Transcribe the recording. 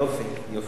יופי, יופי.